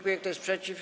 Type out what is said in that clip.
Kto jest przeciw?